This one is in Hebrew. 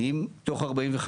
לגבי היטל השבחה,